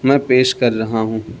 میں پیش کر رہا ہوں